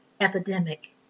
epidemic